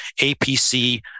APC